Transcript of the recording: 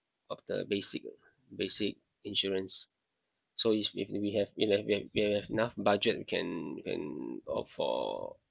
of the basic basic insurance so if we have we have we have enough budget can can opt for